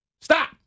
stop